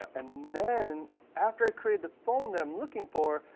and then after i created the foam that i'm looking for,